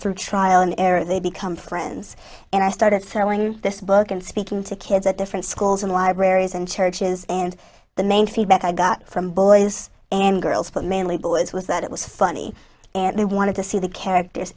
through trial and error they become friends and i started throwing this book and speaking to kids at different schools and libraries and churches and the main feedback i got from boys and girls but mainly boys was that it was funny and they wanted to see the characters